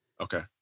Okay